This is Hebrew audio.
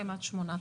כן.